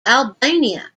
albania